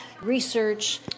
research